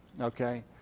okay